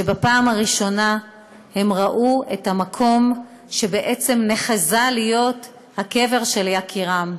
שבפעם הראשונה ראו את המקום שנחזה להיות הקבר של יקירן.